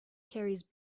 carries